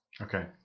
Okay